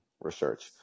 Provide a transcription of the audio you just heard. Research